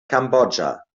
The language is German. kambodscha